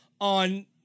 on